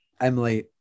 emily